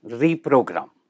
reprogram